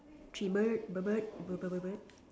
Chi bird bird bird bird bird bird bird